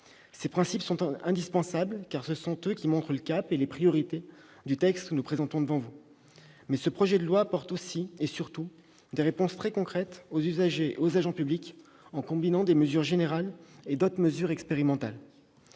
Ces principes sont indispensables, car ce sont eux qui montrent le cap et les priorités du texte que nous vous présentons. Mais ce projet de loi apporte surtout des réponses très concrètes aux usagers et aux agents publics, en combinant mesures générales et mesures expérimentales.